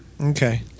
Okay